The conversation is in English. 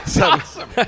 Awesome